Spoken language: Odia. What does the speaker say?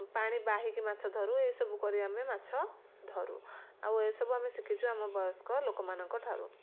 ପାଣି ବାହିକି ମାଛ ଧରୁ ଏସବୁ କରି ଆମେ ମାଛ ଧରୁ ଆଉ ଏସବୁ ଆମେ ଶିଖିଛୁ ଆମ ବୟସ୍କ ଲୋକମାନଙ୍କ ଠାରୁ